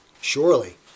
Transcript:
Surely